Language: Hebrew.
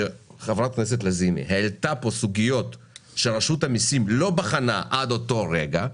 שחברת הכנסת לזימי העלתה פה סוגיות שרשות המיסים לא בחנה עד לאותו רגע.